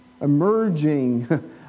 emerging